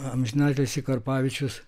amžinatilsį karpavičius